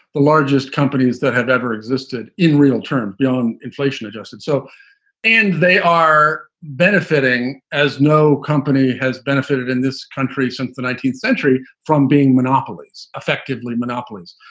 the largest companies that have ever existed in real terms, inflation adjusted. so and they are benefiting as no company has benefited in this country since the nineteenth century from being monopolies, effectively monopolies.